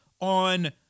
on